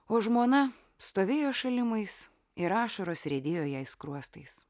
o žmona stovėjo šalimais ir ašaros riedėjo jai skruostais